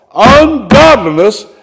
Ungodliness